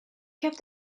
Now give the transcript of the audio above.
kept